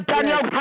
Daniel